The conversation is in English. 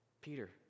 Peter